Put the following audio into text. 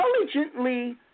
intelligently